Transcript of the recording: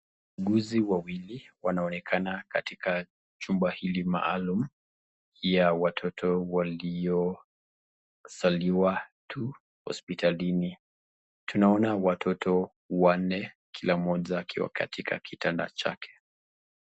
Wauguzi wawili wanaonekana katika jumba hili maalum ya watoto walio zaliwa tu hospitalini, tunaona watoto wanne kila mmoja akiwa katika kitanda chake